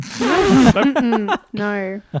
No